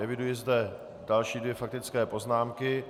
Eviduji zde další dvě faktické poznámky.